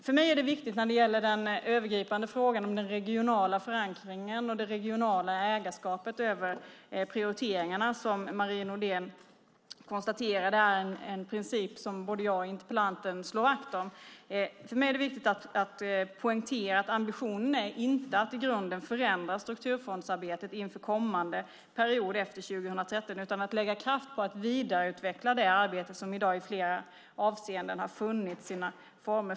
När det gäller den övergripande frågan om den regionala förankringen och det regionala ägarskapet över prioriteringarna, som Marie Nordén konstaterade är en princip som både jag och interpellanten slår vakt om, är det för mig viktigt att poängtera att ambitionen inte är att i grunden förändra strukturfondsarbetet inför kommande period, efter 2013, utan lägga kraft på att vidareutveckla det arbete som i dag i flera avseenden har funnit sina former.